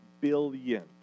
billion